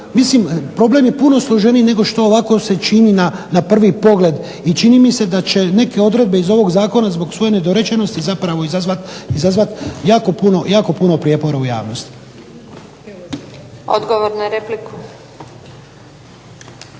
mislim problem je puno složeniji nego što ovako se čini na prvi pogled. I čini mi se da će neke odredbe iz ovog zakona zbog svoje nedorečenosti zapravo izazvati jako pun prijepora u javnosti. **Antunović, Željka